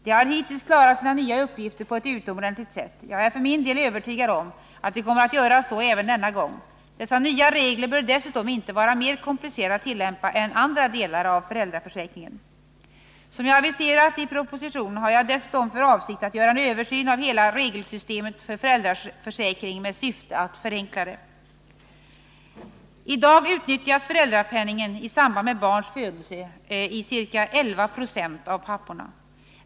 De har hittills klarat sina nya uppgifter på ett utomordentligt sätt. Jag är för min del övertygad om att de kommer att göra så även denna gång. Dessa nya regler bör dessutom inte vara mer komplicerade att tillämpa än andra delar av föräldraförsäkringen. Som jag aviserat i propositionen har jag dessutom för avsikt att göra en översyn av hela regelsystemet för föräldraförsäkringen med syfte att förenkla det. I dag utnyttjas föräldrapenningen i samband med barns födelse av ca 11 96 av papporna.